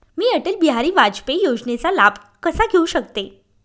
मी अटल बिहारी वाजपेयी योजनेचा लाभ कसा घेऊ शकते?